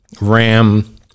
RAM